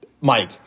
Mike